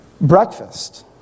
Breakfast